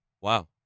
Wow